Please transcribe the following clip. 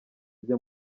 bye